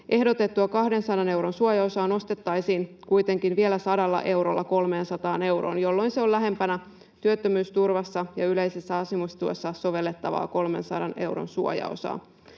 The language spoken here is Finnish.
ehdotettua 200 euron suojaosaa nostettaisiin kuitenkin vielä 100 eurolla 300 euroon, jolloin se on lähempänä työttömyysturvassa ja yleisessä asumistuessa sovellettavaa 300 euron suojaosaa.